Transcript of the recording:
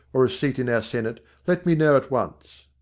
or a seat in our senate, let me know at once.